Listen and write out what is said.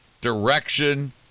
direction